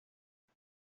jag